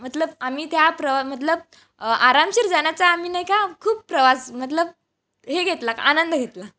मतलब आम्ही त्या प्रवा मतलब आरामशीर जाण्याचा आम्ही नाही का खूप प्रवास मतलब हे घेतला आनंद घेतला